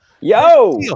yo